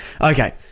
okay